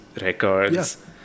records